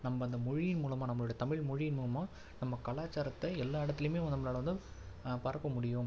நம்ம அந்த மொழியின் மூலமாக நம்மளுடைய தமிழ் மொழியின் மூலமாக நம்ம கலாச்சாரத்தை எல்லா இடத்திலையுமே நம்மளால வந்து பரப்ப முடியும்